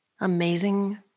amazing